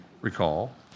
recall